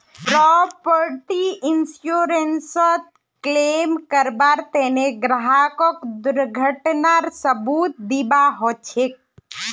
property इन्शुरन्सत claim करबार तने ग्राहकक दुर्घटनार सबूत दीबा ह छेक